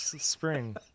spring